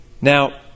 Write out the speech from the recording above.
Now